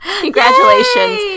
Congratulations